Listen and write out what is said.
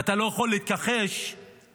ואתה לא יכול להתכחש לאחריות,